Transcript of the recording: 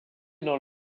dans